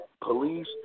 Police